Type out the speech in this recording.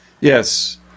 Yes